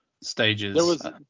stages